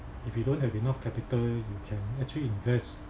if you don't have enough capital you can actually invest